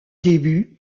début